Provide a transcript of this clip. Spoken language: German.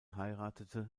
heiratete